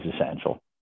essential